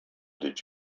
did